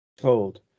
told